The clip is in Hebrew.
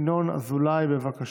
ינמק חבר הכנסת ינון אזולאי, בבקשה.